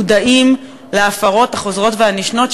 מודעים להפרות החוזרות והנשנות,